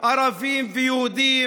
ערבים ויהודים,